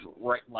right